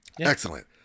excellent